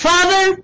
Father